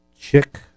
Chick